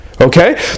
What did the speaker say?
Okay